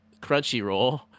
Crunchyroll